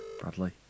Bradley